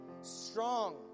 strong